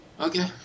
Okay